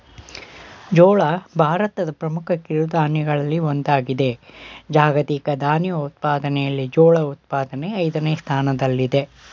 ಜೋಳ ಭಾರತದ ಪ್ರಮುಖ ಕಿರುಧಾನ್ಯಗಳಲ್ಲಿ ಒಂದಾಗಿದೆ ಜಾಗತಿಕ ಧಾನ್ಯ ಉತ್ಪಾದನೆಯಲ್ಲಿ ಜೋಳ ಉತ್ಪಾದನೆ ಐದನೇ ಸ್ಥಾನದಲ್ಲಿದೆ